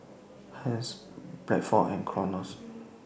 Hermes Bradford and Clorox